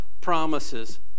promises